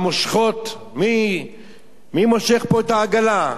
במושכות, מי מושך פה את העגלה?